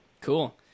Cool